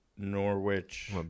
Norwich